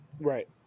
Right